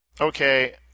Okay